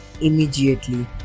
immediately